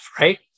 right